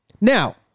Now